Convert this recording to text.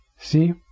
see